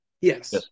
Yes